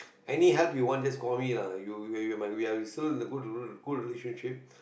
any help you want just call me lah you you have my we still have good good relationship